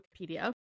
wikipedia